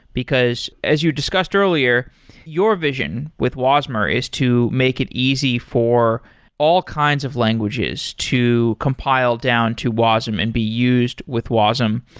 because as you discussed earlier your vision with wasmer is to make it easy for all kinds of languages to compile down to wasm and be used with wasm.